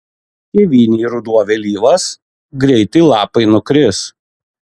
tėvynėj ruduo vėlyvas greitai lapai nukris